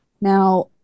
Now